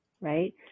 right